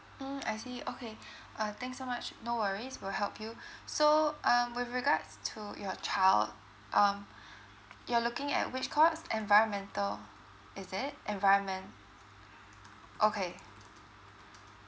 mm I see okay uh thanks so much no worries we'll help you so um with regards to your child um you're looking at which course environmental is it environment okay